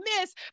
miss